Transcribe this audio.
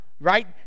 right